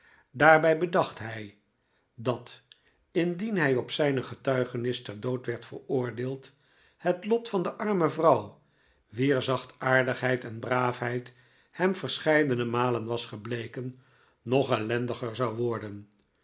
daarbij bedacht hij dat indien hij op zijne getuigenis ter dood werd veroordeeld het lot van de arme vrouw wier zachtaardigheid en braafheid hem verscheidene malen was gebleken nog ellendiger zou worden